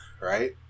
Right